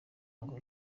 ngo